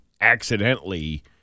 accidentally